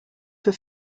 für